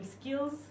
skills